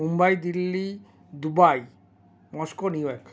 Mumbai Delhi Dubai Moscow New York